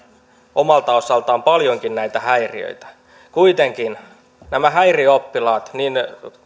omalta osaltaan paljonkin näitä häiriöitä kuitenkaan nämä häiriöoppilaat niin